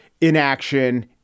inaction